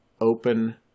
open